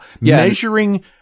measuring